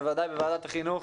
בוודאי בוועדת החינוך,